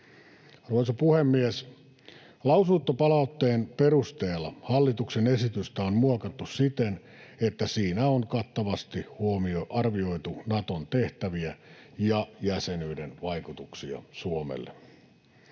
Arvoisa puhemies! Lausuntopalautteen perusteella hallituksen esitystä on muokattu siten, että siinä on kattavasti arvioitu Naton tehtäviä ja jäsenyyden vaikutuksia Suomelle.